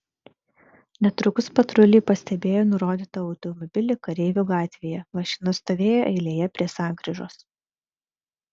netrukus patruliai pastebėjo nurodytą automobilį kareivių gatvėje mašina stovėjo eilėje prie sankryžos